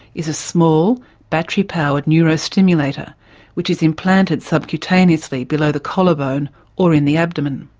is a small battery-powered neurostimulator which is implanted subcutaneously below the collarbone or in the abdomen.